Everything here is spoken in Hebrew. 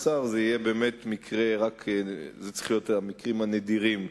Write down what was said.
זה צריך להיות במקרים נדירים,